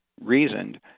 reasoned